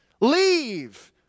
Leave